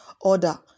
order